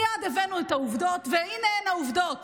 מייד הבאנו את העובדות, והינה הן העובדות: